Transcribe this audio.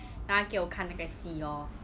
他给我看那个戏 lor